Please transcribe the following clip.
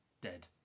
dead